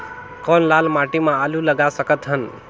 कौन लाल माटी म आलू लगा सकत हन?